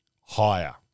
Higher